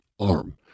arm